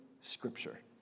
Scripture